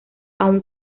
aun